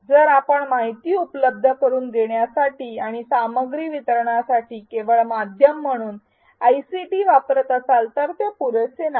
जर आपण माहिती उपलब्ध करुन देण्यासाठी आणि सामग्री वितरणासाठी केवळ माध्यम म्हणून आयसीटी वापरत असाल तर ते पुरेसे नाही